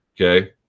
Okay